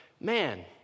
man